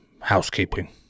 housekeeping